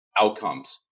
outcomes